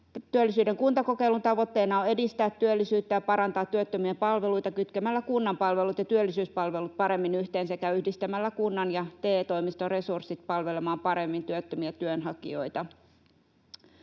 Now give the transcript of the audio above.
Työllisyyden kuntakokeilun tavoitteena on edistää työllisyyttä ja parantaa työttömien palveluita kytkemällä kunnan palvelut ja työllisyyspalvelut paremmin yhteen sekä yhdistämällä kunnan ja TE-toimiston resurssit palvelemaan paremmin työttömiä työnhakijoita.